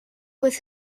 with